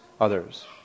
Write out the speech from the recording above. others